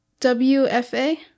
WFA